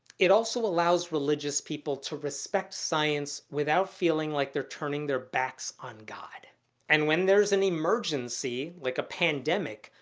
it also allows religious people to respect science without feeling like they're turning their backs on god and when there's an emergency, like a pandemic,